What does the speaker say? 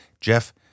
Jeff